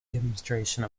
demonstration